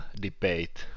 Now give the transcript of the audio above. debate